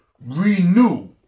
renew